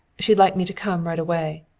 she'd like me to come right away.